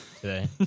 today